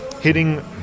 hitting